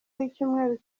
w’icyumweru